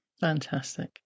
Fantastic